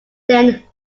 then